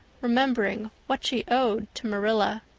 remembering what she owed to marilla.